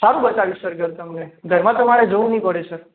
સારું બતાવીશ સર ઘર તમને ઘરમાં તમારે જોવું નહીં પડે સર